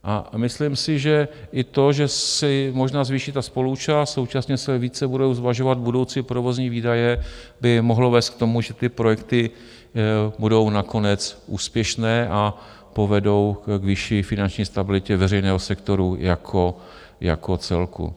A myslím si, že i to, že se možná zvýší ta spoluúčast, současně se více budou zvažovat budoucí provozní výdaje, by mohlo vést k tomu, že ty projekty budou nakonec úspěšné a povedou k vyšší finanční stabilitě veřejného sektoru jako celku.